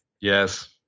Yes